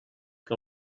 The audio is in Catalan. que